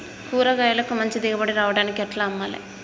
కూరగాయలకు మంచి దిగుబడి రావడానికి ఎట్ల అమ్మాలే?